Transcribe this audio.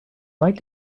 like